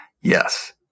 Yes